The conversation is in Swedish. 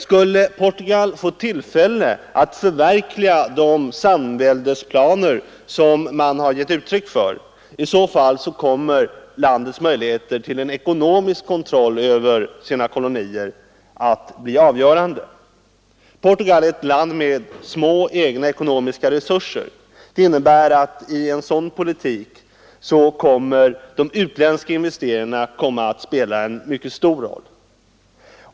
Skulle Portugal få tillfälle att förverkliga de samväldesplaner som man har gett uttryck för, kommer landets möjligheter till en ekonomisk kontroll över sina hittillsvarande kolonier att bli avgörande. Portugal är ett land med små egna ekonomiska resurser, och det innebär att de utländska investeringarna skulle komma att spela en mycket stor roll.